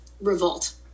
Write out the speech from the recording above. revolt